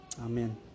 Amen